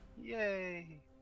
Yay